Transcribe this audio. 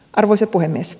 arvoisa puhemies